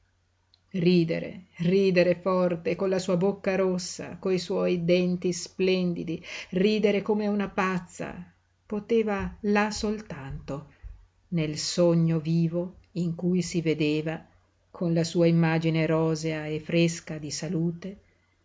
ridere ridere forte con la sua bocca rossa coi suoi denti splendidi ridere come una pazza poteva là soltanto nel sogno vivo in cui si vedeva con la sua immagine rosea e fresca di salute